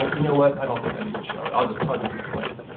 you know what, i don't think i need to show it. i'll just i'll just explain it.